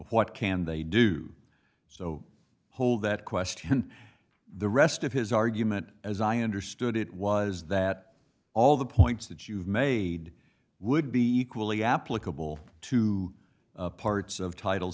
what can they do so hold that question the rest of his argument as i understood it was that all the points that you've made would be equally applicable to parts of title